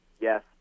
yes